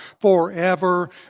forever